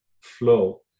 flow